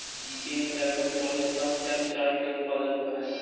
चीन में लगभग चौबीस लाख टन चाय के उत्पादन होवऽ हइ